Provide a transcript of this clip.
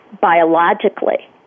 biologically